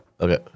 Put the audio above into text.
Okay